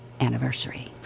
anniversary